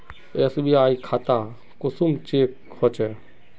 SBI खाता कुंसम check होचे?